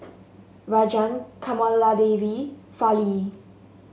Rajan Kamaladevi Fali